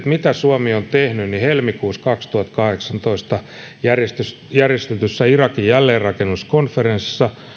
mitä suomi on tehnyt niin helmikuussa kaksituhattakahdeksantoista järjestetyssä järjestetyssä irakin jälleenrakennuskonferenssissa